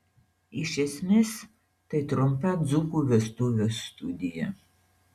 iš esmės tai trumpa dzūkų vestuvių studija